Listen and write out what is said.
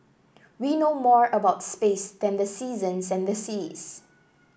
we know more about space than the seasons and the seas